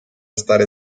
stary